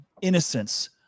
innocence